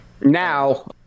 Now